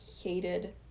hated